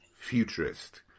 futurist